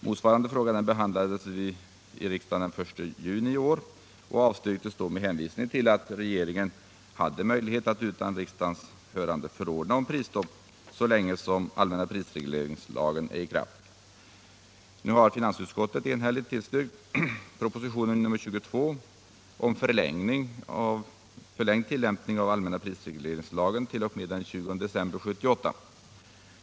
Motsvarande förslag behandlades av riksdagen den 1 juni i år och avslogs då med hänvisning till att regeringen hade möjlighet att utan riksdagens hörande förordna om prisstopp så länge allmänna prisregleringslagen är i kraft. Ett enigt finansutskott har tillstyrkt propositionen 1977/78:22 om förlängd tillämpning av allmänna prisregleringslagen t.o.m. den 20 december 1978.